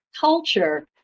culture